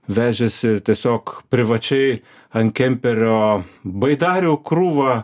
vežėsi tiesiog privačiai ant kemperio baidarių krūvą